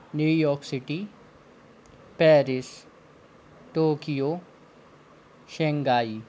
new York City Paris Tokyo Shanghai